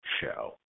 Show